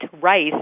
rice